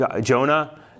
Jonah